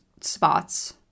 spots